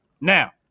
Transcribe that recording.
now